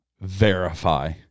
verify